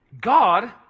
God